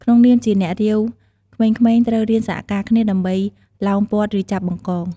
ក្នុងនាមជា អ្នករាវ ក្មេងៗត្រូវរៀនសហការគ្នាដើម្បីឡោមព័ទ្ធ ឬចាប់ បង្កង។